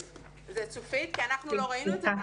כי אנחנו לא ראינו את זה.